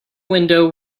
window